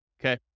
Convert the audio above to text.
Okay